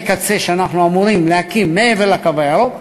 קצה שאנחנו אמורים להקים מעבר לקו הירוק,